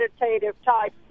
meditative-type